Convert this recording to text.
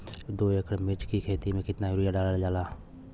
दो एकड़ मिर्च की खेती में कितना यूरिया डालल जाला?